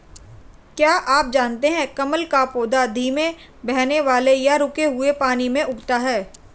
क्या आप जानते है कमल का पौधा धीमे बहने वाले या रुके हुए पानी में उगता है?